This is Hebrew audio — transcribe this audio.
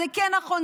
זה כן נכון,